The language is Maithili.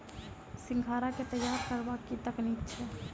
सिंघाड़ा केँ तैयार करबाक की तकनीक छैक?